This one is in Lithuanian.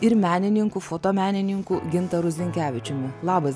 ir menininku fotomenininku gintaru zinkevičiumi labas